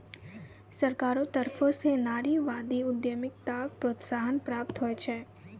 सरकारो तरफो स नारीवादी उद्यमिताक प्रोत्साहन प्राप्त होय छै